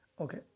Okay